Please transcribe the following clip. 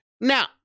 Now